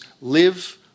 live